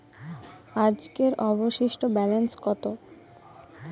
আজকের অবশিষ্ট ব্যালেন্স কত?